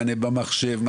מענה במחשב,